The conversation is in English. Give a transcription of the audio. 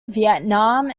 vietnam